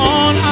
on